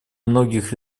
многих